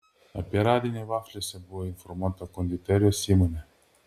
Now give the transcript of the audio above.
apie radinį vafliuose buvo informuota konditerijos įmonė